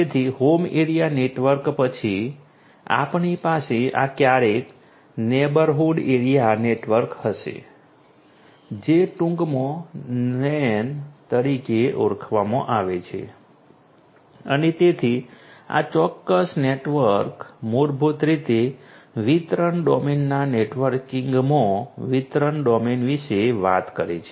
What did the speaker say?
તેથી home area network પછી આપણી પાસે આ ક્યારેય નેબરહૂડ એરિયા નેટવર્ક હશે જે ટૂંકમાં તેને NAN તરીકે પણ ઓળખવામાં આવે છે અને તેથી આ ચોક્કસ નેટવર્ક મૂળભૂત રીતે વિતરણ ડોમેનના નેટવર્કિંગમાં વિતરણ ડોમેન વિશે વાત કરે છે